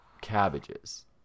cabbages